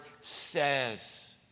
says